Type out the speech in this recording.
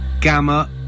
Gamma